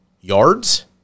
Yards